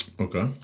Okay